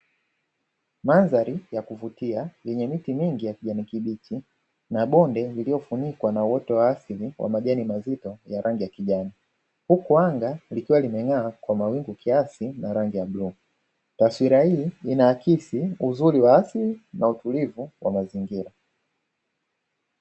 Mandhari ya kuvutia yenye miti mingi ya kijani kibichi na bonde lililofunikwa na uoto wa asili wa majani mzito ya rangi ya kijani. Huku anga likiwa limeng’aa kwa mawingu kiasi na rangi ya bluu. Taswila hii inaakisi uzuri wa asili na utulivu wa mazingira.